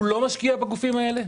הוא לא משקיע בגופים האלה?